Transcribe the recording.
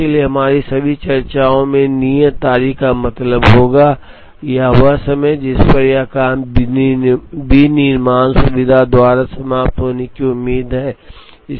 इसलिए हमारी सभी चर्चाओं में नियत तारीख का मतलब होगा वह समय जिस पर यह काम विनिर्माण सुविधा द्वारा समाप्त होने की उम्मीद है